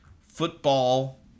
Football